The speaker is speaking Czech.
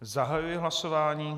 Zahajuji hlasování.